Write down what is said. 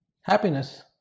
happiness